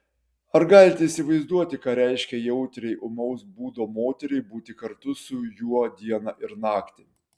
ar galite įsivaizduoti ką reiškia jautriai ūmaus būdo moteriai būti kartu su juo dieną ir naktį